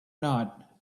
not